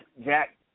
Jack